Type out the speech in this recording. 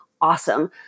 Awesome